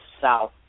South